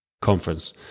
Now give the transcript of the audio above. conference